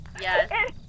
Yes